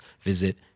visit